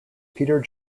peter